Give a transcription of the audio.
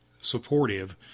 Supportive